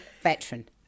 Veteran